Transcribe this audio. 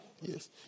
Yes